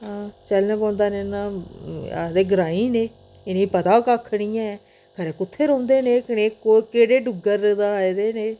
हां चलना पौंदा नेईं नां आखदे ग्राईं न एह् इ'नें गी पता नी कक्ख नी ऐ खरै कुत्थें रौंह्दे न एह् कनेह् केह्ड़े डुग्गर दा आए दे ने एह्